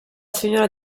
signora